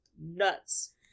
nuts